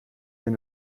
wenn